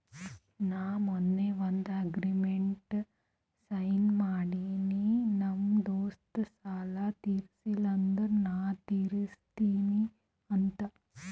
ನಾ ಮೊನ್ನೆ ಒಂದ್ ಅಗ್ರಿಮೆಂಟ್ಗ್ ಸೈನ್ ಮಾಡಿನಿ ನಮ್ ದೋಸ್ತ ಸಾಲಾ ತೀರ್ಸಿಲ್ಲ ಅಂದುರ್ ನಾ ತಿರುಸ್ತಿನಿ ಅಂತ್